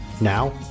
Now